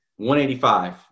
185